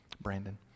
Brandon